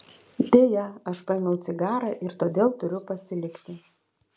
deja aš paėmiau cigarą ir todėl turiu pasilikti